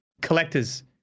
Collectors